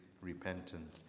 repentant